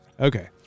okay